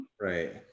Right